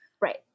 Right